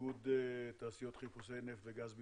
איגוד תעשיות חיפושי נפט וגז בישראל,